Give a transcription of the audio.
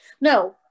no